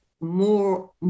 more